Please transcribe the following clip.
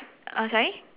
uh sorry